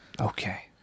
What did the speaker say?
okay